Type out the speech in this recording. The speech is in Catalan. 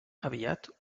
aviat